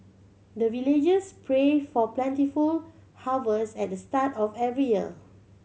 the villagers pray for plentiful harvest at the start of every year